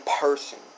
person